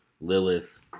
lilith